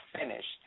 finished